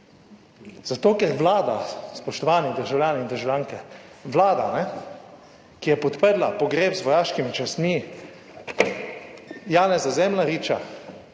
Zato, ker Vlada, spoštovani državljani in državljanke, Vlada, ki je podprla pogreb z vojaškimi častmi Janeza Zemljariča,